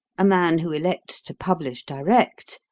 a man who elects to publish direct,